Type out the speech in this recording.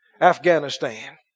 Afghanistan